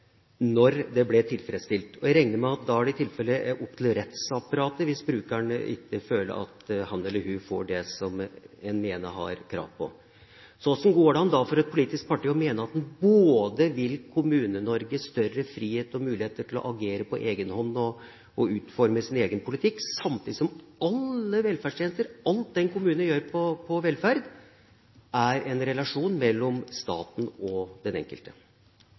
når det blir tilfredsstilt. Jeg regner med at det da i tilfelle er opp til rettsapparatet dersom brukerne føler at han eller hun ikke får det de mener de har krav på. Hvordan går det da an for et politisk parti å mene at man vil gi Kommune-Norge større frihet til å agere mer på egen hånd og utforme sin egen politikk, samtidig som alle velferdstjenester – alt det en kommune gjør på velferd – er en relasjon mellom staten og den enkelte?